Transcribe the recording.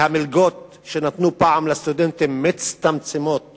והמלגות שנתנו פעם לסטודנטים מצטמצמות